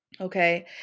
Okay